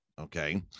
okay